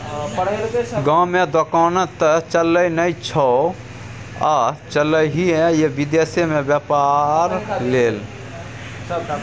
गाममे दोकान त चलय नै छौ आ चललही ये विदेश मे बेपार लेल